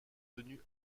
tenue